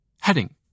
Heading –